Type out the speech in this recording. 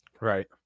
right